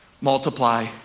multiply